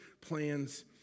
plans